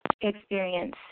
experience